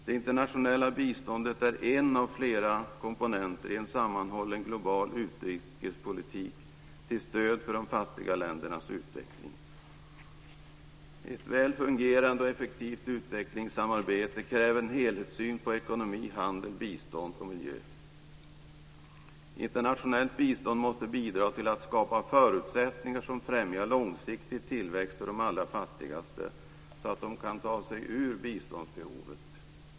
Det internationella biståndet är en av flera komponenter i en sammanhållen global utrikespolitik till stöd för de fattiga ländernas utveckling. Ett väl fungerande och effektivt utvecklingssamarbete kräver en helhetssyn på ekonomi, handel, bistånd och miljö. Internationellt bistånd måste bidra till att skapa förutsättningar som främjar långsiktig tillväxt för de allra fattigaste, så att de kan ta sig ur biståndsbehovet.